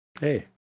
Hey